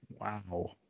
Wow